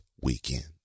weekend